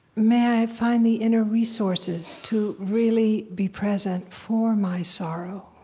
may i find the inner resources to really be present for my sorrow.